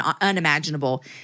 unimaginable